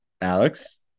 Alex